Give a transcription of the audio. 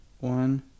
One